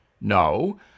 No